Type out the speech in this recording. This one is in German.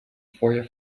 feuer